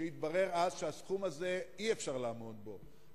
ויתברר אז שהסכום הזה, אי-אפשר לעמוד בו.